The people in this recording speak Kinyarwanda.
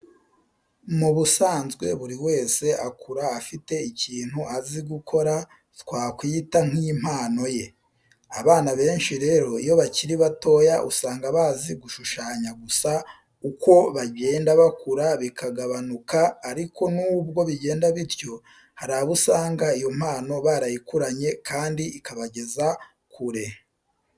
Mu busanzwe buri wese akura afite ikintu azi gukora twakwita nk'impano ye. Abana benshi rero iyo bakiri batoya usanga bazi gushushanya gusa uko bagenda bakura bikagabanuka ariko nubwo bigenda bityo hari abo usanga iyo mpano barayikuranye kandi ikabageza kure.